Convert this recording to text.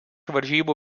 varžybų